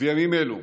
ובימים אלו,